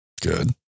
Good